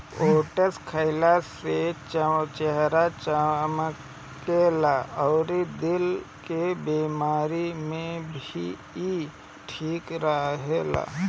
oats खाइला से चेहरा चमकेला अउरी दिल के बेमारी में भी इ ठीक रहेला